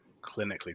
clinically